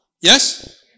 Yes